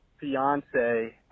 fiance